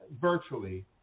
virtually